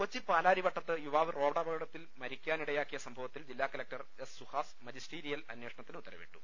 കൊച്ചി പാലാരിവട്ടത്ത് യുവാവ് റോഡപകടത്തിൽ മരിക്കാ നിടയാക്കിയ സംഭവത്തിൽ ജില്ലാകലക്ടർ എസ് സുഹാസ് മജി സ്റ്റീരിയൽ അന്വേഷണത്തിന് ഉത്തരവിട്ടു